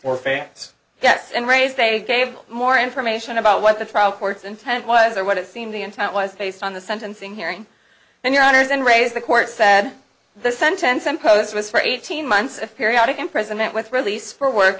facts yes and raise they gave more information about what the trial court's intent was or what it seemed the intent was based on the sentencing hearing and your honour's and raise the court said the sentence imposed was for eighteen months periodic imprisonment with release for work